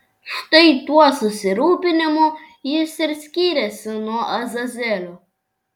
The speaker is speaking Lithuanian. štai tuo susirūpinimu jis ir skyrėsi nuo azazelio